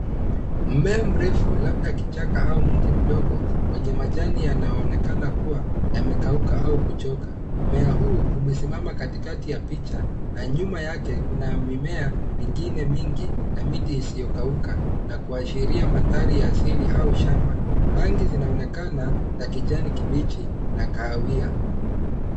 Mmea mrefu labda kichaka au mti mdogo mwenye majani yanaonekana kuwa yamekauka au kuchoka. Mmea huu umesimama katikati ya picha na nyuma yake kuna mimea au miti isiyo kauka na kuashira mandhari ya asili au shamba rangi zinaonekana ya kijani kibichi au kahawia.